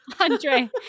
Andre